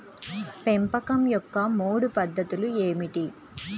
పెంపకం యొక్క మూడు పద్ధతులు ఏమిటీ?